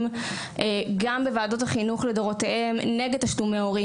גם בוועדות החינוך לדורותיהן נגד תשלומי הורים.